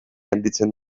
handitzen